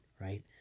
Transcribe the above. right